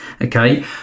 okay